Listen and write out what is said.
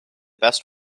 best